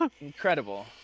Incredible